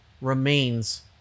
remains